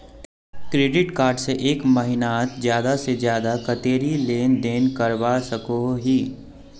Credit card से एक महीनात ज्यादा से ज्यादा कतेरी लेन देन करवा सकोहो ही?